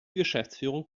geschäftsführung